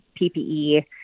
PPE